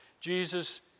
Jesus